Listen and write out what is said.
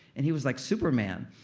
and he was like superman.